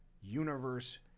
Universe